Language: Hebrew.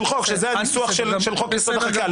חוק שזה הניסוח של חוק יסוד: החקיקה.